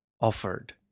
offered